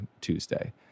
Tuesday